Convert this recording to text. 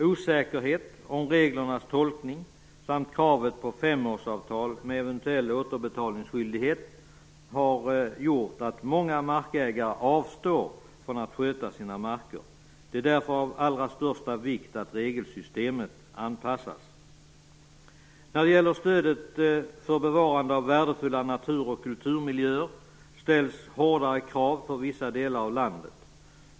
Osäkerhet om reglernas tolkning samt kravet på femårsavtal med eventuell återbetalningsskyldighet har gjort att många markägare avstår från att sköta sina marker. Därför är det av allra största vikt att regelsystemet anpassas. När det stödet för bevarande av värdefulla naturoch kulturmiljöer ställs hårdare krav på vissa delar av landet.